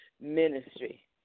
Ministry